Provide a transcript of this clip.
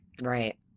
Right